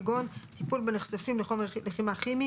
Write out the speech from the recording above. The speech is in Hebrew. כגון טיפול בנחשפים לחומר לחימה כימי